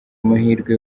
amahirwe